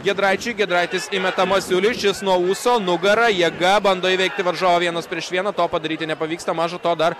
giedraičiui giedraitis įmeta masiuliui šis nuo ūso nugara jėga bando įveikti varžovą vienas prieš vieną to padaryti nepavyksta maža to dar